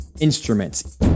instruments